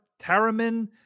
Taramin